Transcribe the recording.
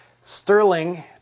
sterling